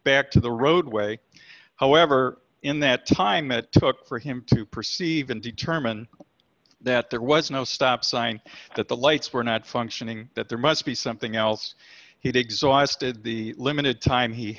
back to the roadway however in that time it took for him to perceive and determine that there was no stop sign that the lights were not functioning that there must be something else he digs the limited time he